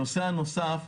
הנושא הנוסף,